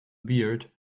beard